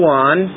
one